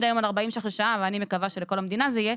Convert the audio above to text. היום על 40 שקלים לשעה ואני מקווה שלכל המדינה זה יהיה,